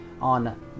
on